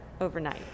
overnight